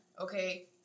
Okay